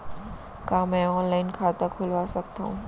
का मैं ऑनलाइन खाता खोलवा सकथव?